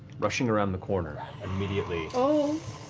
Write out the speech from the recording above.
rushing around the corner immediately, um